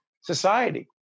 society